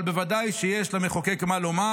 אבל שבוודאי יש למחוקק מה לומר.